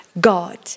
God